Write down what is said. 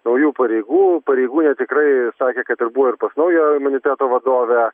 naujų pareigų pareigūnė tikrai sakė kad ir buvo ir pas naują imuniteto vadovę